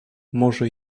morze